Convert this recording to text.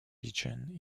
region